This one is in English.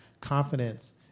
confidence